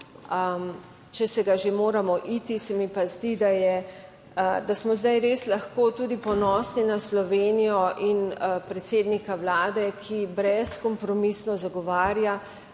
če se ga že moramo iti. Se mi pa zdi, da smo zdaj res lahko tudi ponosni na Slovenijo in predsednika Vlade, ki brezkompromisno zagovarja